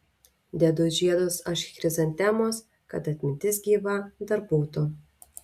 dedu žiedus aš chrizantemos kad atmintis gyva dar būtų